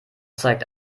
zeigt